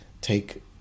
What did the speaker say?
Take